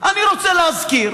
אני רוצה להזכיר